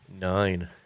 Nine